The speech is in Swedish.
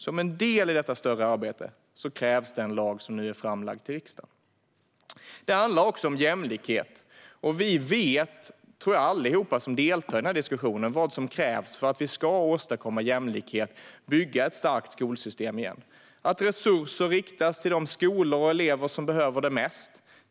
Som en del i detta större arbete krävs den lag som nu har lagts fram i riksdagen. Det handlar också om jämlikhet. Alla vi som deltar i diskussionen vet nog vad som krävs för att vi ska åstadkomma jämlikhet och bygga ett starkt skolsystem igen. Det första är att resurser riktas till de skolor och elever som behöver det mest.